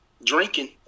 Drinking